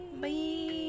Bye